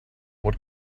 what